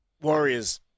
Warriors